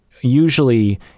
usually